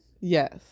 Yes